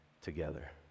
together